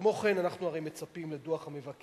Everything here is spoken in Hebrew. כמו כן, אנחנו הרי מצפים לדוח מהמבקר